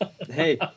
Hey